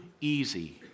easy